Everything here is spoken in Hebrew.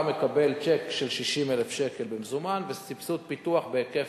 אתה מקבל צ'ק של 60,000 שקל במזומן וסבסוד פיתוח בהיקף